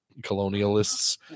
colonialists